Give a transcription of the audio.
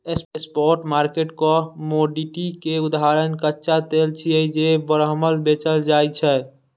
spot market commodity के उदाहरण कच्चा तेल छियै, जे बरमहल बेचल जाइ छै